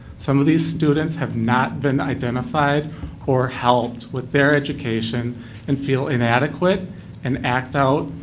some of these students have not been identified or helped with their education and feel inadequate and act out,